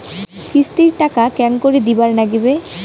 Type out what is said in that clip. কিস্তির টাকা কেঙ্গকরি দিবার নাগীবে?